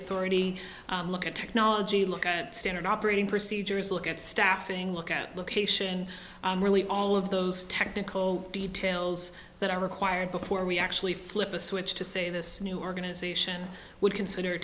authority look at technology look at standard operating procedures look at staffing look at location really all of those technical details that are required before we actually flip a switch to say this new organization would consider